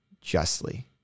justly